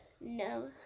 No